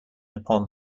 upon